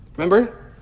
Remember